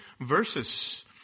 verses